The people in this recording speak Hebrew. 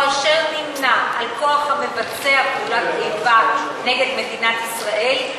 או אשר נמנה עם כוח המבצע פעולת איבה נגד מדינת ישראל,